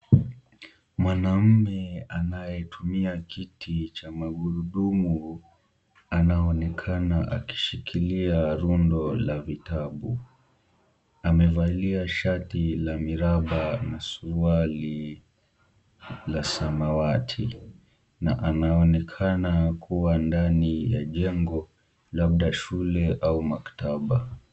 Mwanaume anayetumia kiti cha magurudumu anaonekana akishikilia rundo la vitabu. Amevalia shati la miraba na suruali la samawati na anaonekana kuwa ndani ya jengo, labda shule au maktaba.